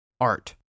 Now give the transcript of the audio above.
art